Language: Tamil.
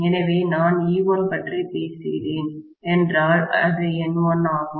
எனவே நான் E1 பற்றி பேசுகிறேன் என்றால் இது N1 ஆகும்